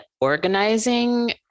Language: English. organizing